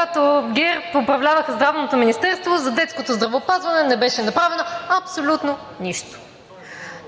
когато ГЕРБ управляваха Здравното министерство, за детското здравеопазване не беше направено абсолютно нищо.